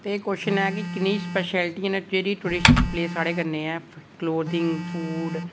एह् कोशन ऐ कि किन्नी स्पैशैलिटी प्लेस स्हाड़े कन्नै ऐ क्लोथिंग फूड